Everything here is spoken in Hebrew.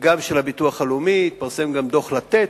גם של הביטוח הלאומי, התפרסם גם דוח "לתת",